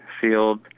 field